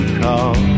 call